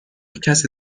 کسی